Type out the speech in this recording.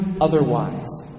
otherwise